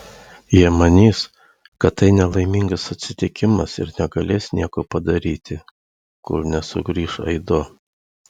jie manys kad tai nelaimingas atsitikimas ir negalės nieko padaryti kol nesugrįš aido